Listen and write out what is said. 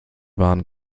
waren